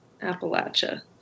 Appalachia